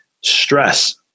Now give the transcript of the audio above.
stress